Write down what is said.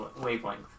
wavelength